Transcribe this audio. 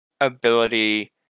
ability